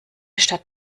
stadt